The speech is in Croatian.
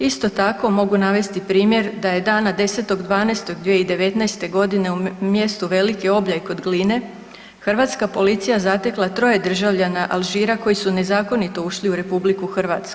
Isto tako mogu navesti primjer da je dana 10.12.2019. godine u mjestu Veliki Obljaj kod Gline hrvatska policija zatekla 3 državljana Alžira koji su nezakonito ušli u RH.